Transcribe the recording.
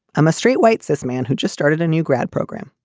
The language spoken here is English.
i'm a straight white, this man who just started a new grad program.